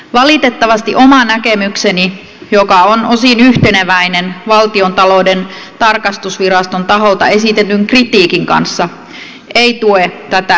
valitettavasti oma näkemykseni joka on osin yhteneväinen valtiontalouden tarkastusviraston taholta esitetyn kritiikin kanssa ei tue tätä esitettyä käsitystä